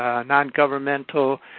non-governmental,